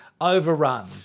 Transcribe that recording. Overrun